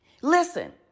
Listen